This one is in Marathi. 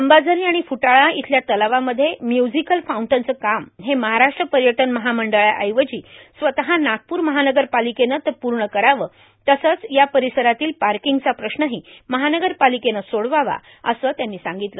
अंबाझरी आणि फुटाळा इथल्या तलावामध्ये म्युझीकल फाऊंटनचं काम हे महाराष्ट्र पर्यटन महामंडळाऐवजी स्वतः नागपूर महानगरपालिकेनं ते पूर्ण करावं तसंच या परिसरातील पार्कीगचा प्रश्नही महानगरपालिकेनं सोडवावा असं त्यांनी सांगितलं